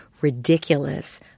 ridiculous